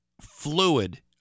fluid